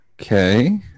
Okay